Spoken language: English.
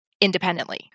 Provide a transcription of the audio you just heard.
independently